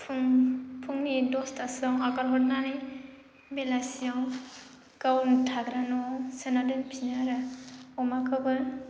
फुंनि दसथासोआव आगारहरनानै बेलासियाव गावनि थाग्रा न'आव सोना दोनफिनो आरो अमाखौबो